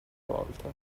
volta